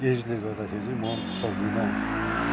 एजले गर्दाखेरि म सक्दिनँ